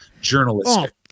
journalistic